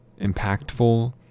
impactful